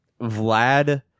vlad